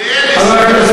להבין,